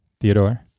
Theodore